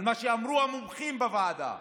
על מה שאמרו המומחים בוועדה.